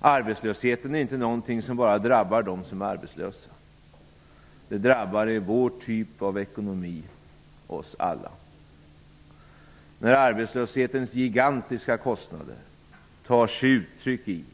Arbetslösheten är inte någonting som bara drabbar de arbetslösa. Med vår typ av ekonomi drabbar den oss alla. När arbetslöshetens gigantiska kostnader tar sig uttryck i